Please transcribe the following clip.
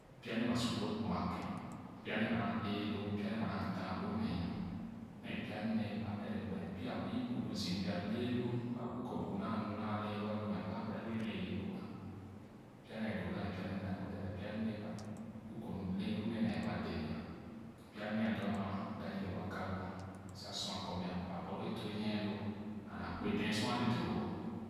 Pya nee ba sor loo kuma ken pya nee ba naa ééloo pya nee baa naa dana loo nee nyo nee pya ne ba ɛrɛ gbene pia wü bu kɔ bu naa nu naa lɛɛ loo alo mɛ aba abare wɛɛ lee loo pya nee ale doowa nee pya nee mda ɛnma dee but pya nee ba bu kɔnu lee lo nee le aba lenyia pya nee a doo ama mda yere wa ka loo sa sia kɔ mɛ ba a borloo a ture nyie loo and akpe dee sor ale doo loo.